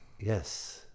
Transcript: yes